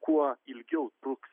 kuo ilgiau trūks